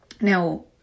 Now